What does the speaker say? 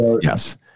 Yes